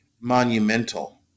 monumental